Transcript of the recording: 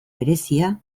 berezia